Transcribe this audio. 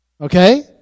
Okay